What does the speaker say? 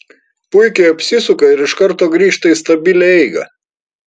puikiai apsisuka ir iš karto grįžta į stabilią eigą